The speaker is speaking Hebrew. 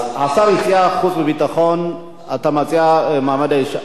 השר הציע חוץ וביטחון, אתה מציע מעמד האשה.